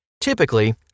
Typically